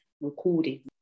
recording